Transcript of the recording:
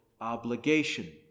obligation